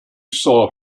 saw